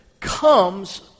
comes